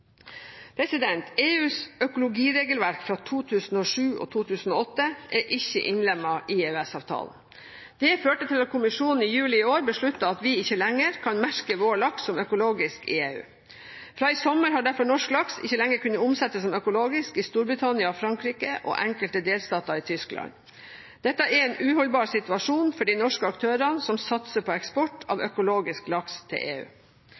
EUs økologiregelverk fra 2007 og 2008 er ikke innlemmet i EØS-avtalen. Det førte til at kommisjonen i juli i år besluttet at vi ikke lenger kan merke vår laks som økologisk i EU. Fra i sommer har derfor norsk laks ikke lenger kunnet omsettes som økologisk i Storbritannia, Frankrike og enkelte delstater i Tyskland. Dette er en uholdbar situasjon for de norske aktørene som satser på eksport av økologisk laks til EU.